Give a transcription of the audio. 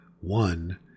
One